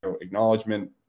acknowledgement